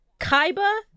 Kaiba